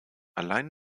allein